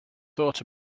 thought